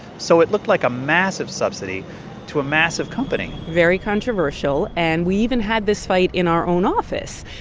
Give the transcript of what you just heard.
so it looked like a massive subsidy to a massive company very controversial. and we even had this fight in our own office.